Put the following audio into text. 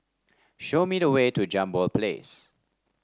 show me the way to Jambol Place